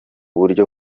buryo